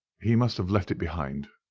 he must have left it behind,